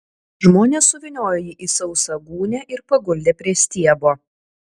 žmonės suvyniojo jį į sausą gūnią ir paguldė prie stiebo